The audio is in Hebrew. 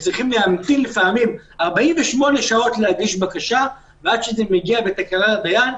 שלפעמים צריך להמתין 48 שעות לבקשה עד שזה מגיע לדיין.